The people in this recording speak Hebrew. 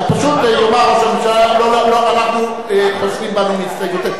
פשוט יאמר ראש הממשלה: אנחנו חוזרים בנו מההסתייגות.